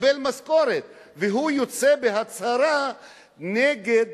מקבל משכורת, והוא יוצא בהצהרה נגד